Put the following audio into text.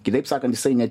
kitaip sakant jisai ne